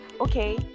Okay